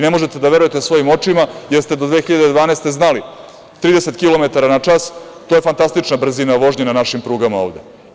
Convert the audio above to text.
Ne možete da verujete svojim očima jer ste do 2012. godine znali – 30 kilometara na čas, to je fantastična brzina vožnje na našim prugama ovde.